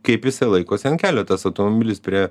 kaip jisai laikosi ant kelio tas automobilis prie